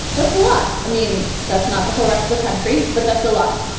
that's a lot. i mean, that's not the whole rest of the country. but that's a lot.